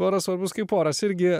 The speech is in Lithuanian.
oras svarbus kaip oras irgi